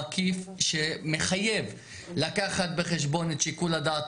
מקיף שמחייב לקחת בחשבון את שיקול הדעת